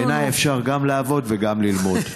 בעיניי אפשר גם לעבוד וגם ללמוד.